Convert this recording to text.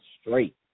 straight